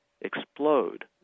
explode